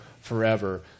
forever